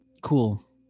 cool